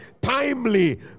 timely